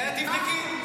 תבדקי.